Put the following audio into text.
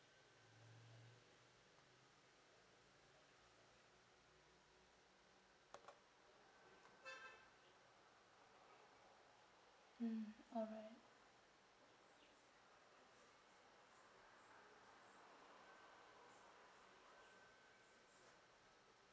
mm alright